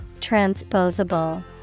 Transposable